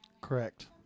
Correct